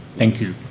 thank you.